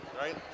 right